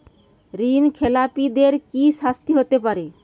ঋণ খেলাপিদের কি শাস্তি হতে পারে?